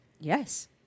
Yes